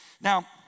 Now